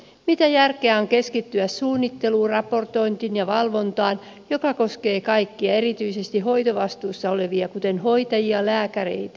mitä järkeä on keskittyä suunnitteluun raportointiin ja valvontaan joka koskee kaikkia erityisesti hoitovastuussa olevia kuten hoitajia ja lääkäreitä